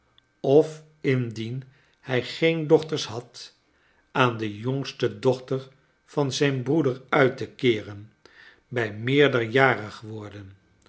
of indien hij geen dochters had aan de jongste dochter van zijn broeder uit te keeren bij meerderjarig worden